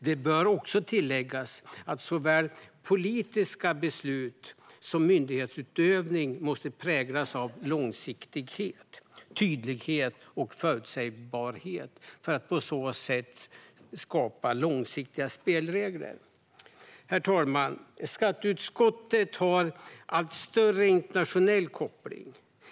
Det bör också tilläggas att såväl politiska beslut som myndighetsutövning måste präglas av långsiktighet, tydlighet och förutsägbarhet för att det på så sätt ska skapas långsiktiga spelregler. Herr talman! Skatteutskottet har en allt större internationell koppling.